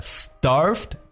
starved